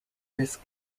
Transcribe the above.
risk